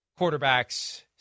quarterbacks